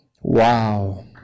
Wow